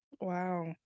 Wow